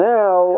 now